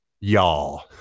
y'all